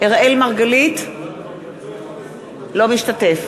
אינו משתתף